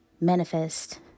manifest